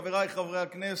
חבריי חברי הכנסת,